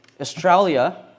Australia